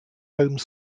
home